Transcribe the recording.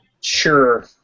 Sure